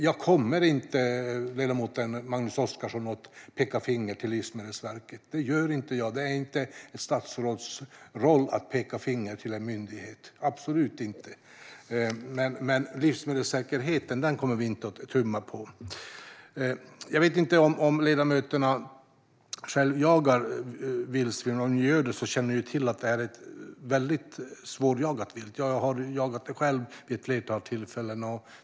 Jag kommer inte att peka finger till Livsmedelsverket, Magnus Oscarsson. Det gör jag inte. Det är inte ett statsråds roll att peka finger till en myndighet - absolut inte. Livsmedelssäkerheten kommer vi inte att tumma på. Jag vet inte om ledamöterna själva jagar vildsvin. Men om ni gör det känner ni till att det är väldigt svårjagat vilt. Jag har själv jagat vildsvin vid ett flertal tillfällen.